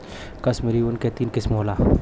कश्मीरी ऊन के तीन किसम होला